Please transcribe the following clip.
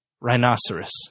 rhinoceros